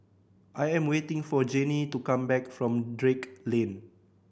I am waiting for Janey to come back from Drake Lane